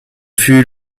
fut